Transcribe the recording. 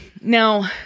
Now